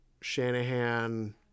Shanahan